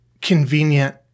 convenient